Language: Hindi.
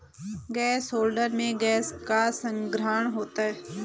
गैस होल्डर में गैस का संग्रहण होता है